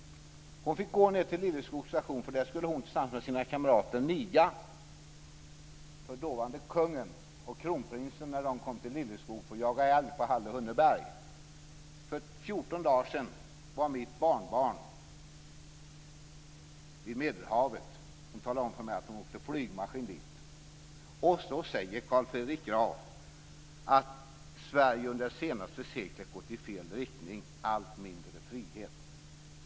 På stationen skulle hon tillsammans med sina kamrater niga för dåvarande kungen och kronprinsen när de kom till Lilleskog för att jaga älg på Halleberg och Hunneberg. För fjorton dagar sedan var mitt barnbarn vid Medelhavet. Hon talade om för mig att hon åkte flygmaskin dit. Och så säger Carl Fredrik Graf att Sverige under det senaste seklet gått i fel riktning - allt mindre frihet.